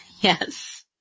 Yes